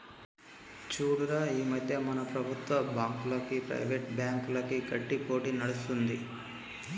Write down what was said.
చూడురా ఈ మధ్య మన ప్రభుత్వం బాంకులకు, ప్రైవేట్ బ్యాంకులకు గట్టి పోటీ నడుస్తుంది